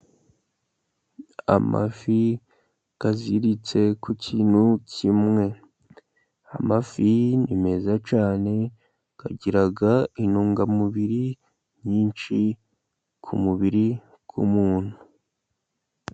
Amafi aziritse ku kintu kimwe, amafi ni meza cyane agira intungamubiri nyinshi ku mubiri w'umuntu.